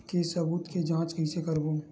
के सबूत के जांच कइसे करबो?